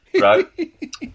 right